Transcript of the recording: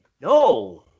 No